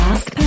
Ask